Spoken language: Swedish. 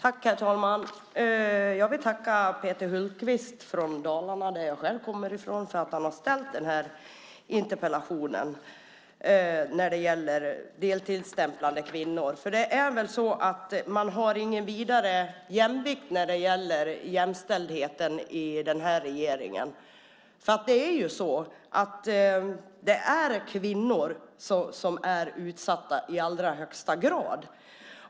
Herr talman! Jag vill tacka Peter Hultqvist från Dalarna, som jag själv kommer ifrån, för att han har ställt interpellationen om deltidsstämplande kvinnor. Man har ingen vidare jämvikt när det gäller jämställdheten i den här regeringen. Det är kvinnor som är utsatta i allra högsta grad.